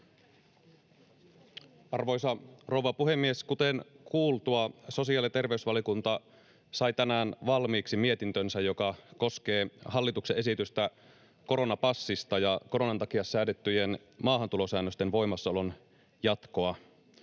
Arvoisa rouva puhemies! Kuten kuultua, sosiaali‑ ja terveysvaliokunta sai tänään valmiiksi mietintönsä, joka koskee hallituksen esitystä koronapassista ja koronan takia säädettyjen maahantulosäännösten voimassaolon jatkoa.